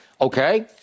Okay